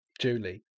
Julie